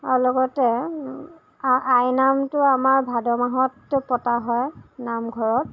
আৰু লগতে আই আইনামটো আমাৰ ভাদ মাহত পতা হয় নামঘৰত